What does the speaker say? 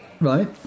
Right